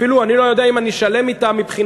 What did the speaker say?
אפילו אני לא יודע אם אני שלם אתה מבחינתי,